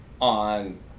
on